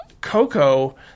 Coco